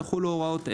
יחולו הוראות אלה: